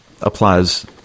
applies